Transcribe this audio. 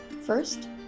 first